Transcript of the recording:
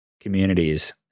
communities